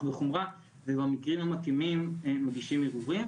בחומרה ולמקרים המתאימים מגישים ערעורים,